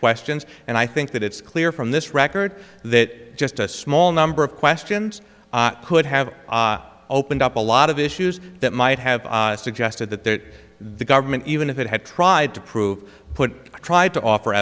questions and i think that it's clear from this record that just a small number of questions could have opened up a lot of issues that might have suggested that the government even if it had tried to prove put tried to offer